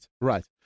right